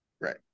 Right